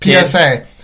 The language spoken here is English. PSA